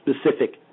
specific